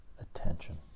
attention